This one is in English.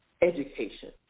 education